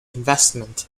investment